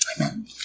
Amen